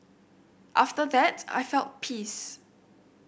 after that I felt peace